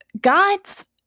God's